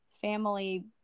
family